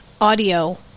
audio